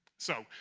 so,